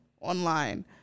online